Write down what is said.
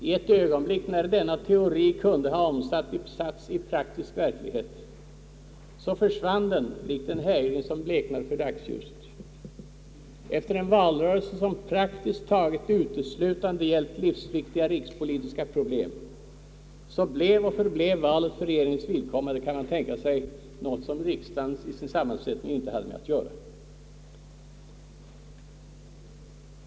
I ett ögonblick när denna teori kunde ha omsatts i praktisk verklighet försvann den likt en hägring som bleknar för dagsljuset. Efter en valrörelse som praktiskt taget uteslutande gällt livsviktiga rikspolitiska problem blev och förblev valet för regeringens vidkommande — kan man tänka sig! — något som inte hade med riksdagens sammansättning att göra.